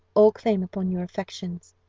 all claim upon your affections.